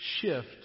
shift